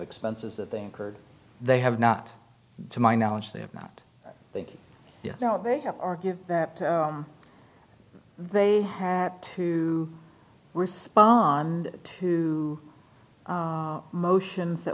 expenses that they incurred they have not to my knowledge they have not thinking you know they have argued that they have to respond to motions that